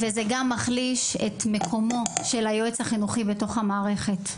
וזה גם מחליש את מקומו של היועץ החינוכי בתוך המערכת,